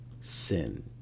sin